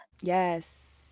yes